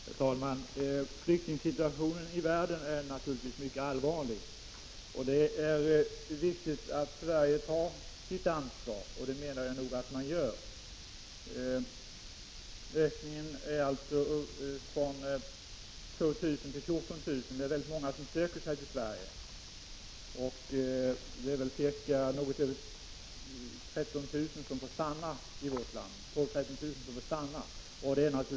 Herr talman! Flyktingsituationen i världen är naturligtvis mycket allvarlig, och det är viktigt att Sverige tar sitt ansvar. Jag menar också att man gör det. Antalet flyktingar som kommer hit har ökat från 2 000 till 14 000. Det är — Prot. 1985/86:50 alltså väldigt många som söker sig till Sverige. Av dessa får 12 000-13 000 12 december 1985 stanna i vårt land.